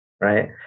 right